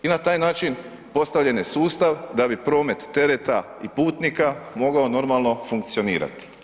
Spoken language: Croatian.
I na taj način postavljen je sustav da bi promet tereta i putnika mogao normalno funkcionirati.